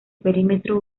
perímetro